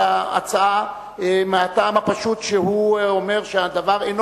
ההצעה מהטעם הפשוט שהוא אומר שהדבר אינו